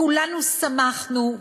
כולנו שמחנו,